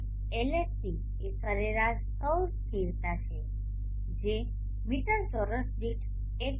LSC એ સરેરાશ સૌર સ્થિરતા છે જે મીટર ચોરસ દીઠ ૧